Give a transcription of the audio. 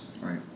Right